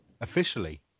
officially